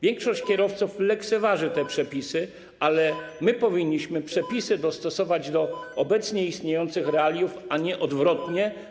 Większość kierowców lekceważy te przepisy, ale my powinniśmy przepisy dostosować do obecnie istniejących realiów, a nie odwrotnie.